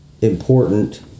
important